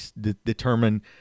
determine